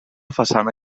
façana